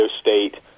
State